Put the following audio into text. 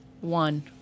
One